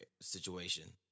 situation